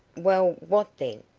well, what then?